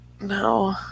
No